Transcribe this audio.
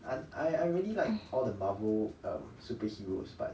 I I I really like all the marvel and superheroes type